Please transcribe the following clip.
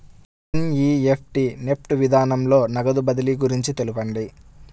NEFT NEFT విధానంలో నగదు బదిలీ గురించి తెలుపండి?